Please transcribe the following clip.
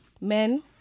Men